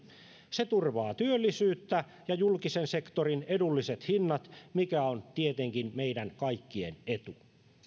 se turvaa työllisyyttä ja julkisen sektorin edulliset hinnat mikä on tietenkin meidän kaikkien etu